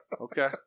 Okay